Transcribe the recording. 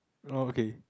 orh okay